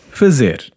fazer